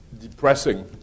depressing